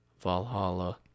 Valhalla